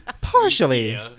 partially